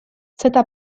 seda